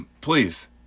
Please